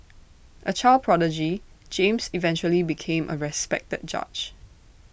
A child prodigy James eventually became A respected judge